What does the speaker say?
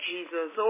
Jesus